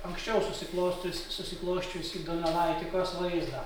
anksčiau susiklostius susiklosčiusį donelaitikos vaizdą